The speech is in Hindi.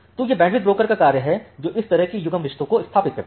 तो यह बैंडविड्थ ब्रोकर का कार्य है जो इस तरह के युग्म रिश्तों को स्थापित करता है